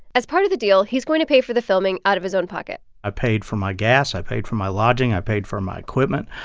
as part of the deal, he's going to pay for the filming out of his own pocket i paid for my gas. i paid for my lodging. i paid for my equipment.